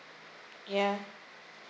ya